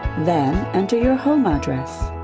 then, enter your home address.